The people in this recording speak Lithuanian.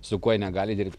su kuo jie negali dirbt